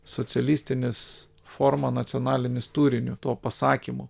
socialistinis forma nacionalinis turiniu tuo pasakymu